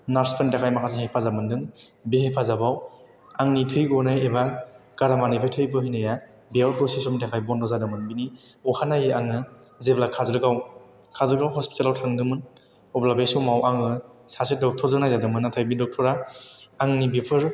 नार्सफोरनि थाखाय माखासे हेफाजाब मोन्दों बे हेफाजाबाव आंनि थै गनाय एबा गारामानिफ्राय थै बोहैनाया बेयाव दसे समनि थाखाय बन्द' जादोंमोन बेनि अखानायै आङो जेब्ला काजलगाव काजलगाव हस्पितालाव थांदोंमोन अब्ला बे समाव आङो सासे डक्टरजों नायजादोंमोन नाथाय बे डक्टरा आंनि बेफोर